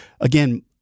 again